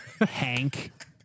Hank